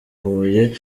huye